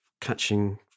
catching